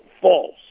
false